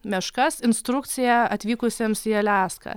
meškas instrukciją atvykusiems į aliaską